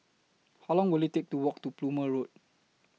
How Long Will IT Take to Walk to Plumer Road